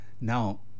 Now